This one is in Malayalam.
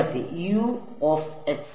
വിദ്യാർത്ഥി യു ഓഫ് x